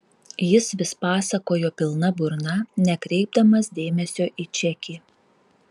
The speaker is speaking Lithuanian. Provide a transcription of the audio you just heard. jis vis pasakojo pilna burna nekreipdamas dėmesio į čekį